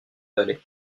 vallée